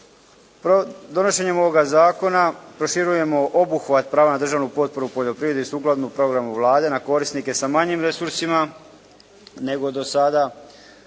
Donošenjem ovoga zakona proširujemo obuhvat prava na državnu potporu u poljoprivredi sukladno programu Vlade na korisnike sa manjim resursima nego do sada.